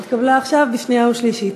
התקבלה עכשיו בקריאה שנייה ושלישית.